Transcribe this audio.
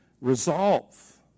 resolve